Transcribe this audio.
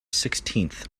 sixteenth